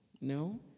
No